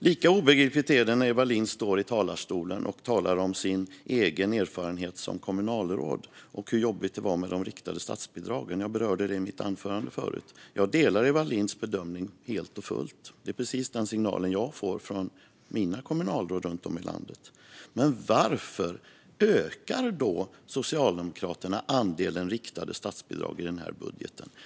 Lika obegripligt är det när Eva Lindh står i talarstolen och talar om sin egen erfarenhet som kommunalråd och hur jobbigt det var med de riktade statsbidragen. Jag berörde detta i mitt anförande tidigare, och jag delar Eva Lindhs bedömning helt och fullt. Det är precis denna signal jag får från mina kommunalråd runt om i landet. Men varför ökar då Socialdemokraterna andelen riktade statsbidrag i den här budgeten?